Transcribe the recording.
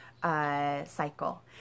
Cycle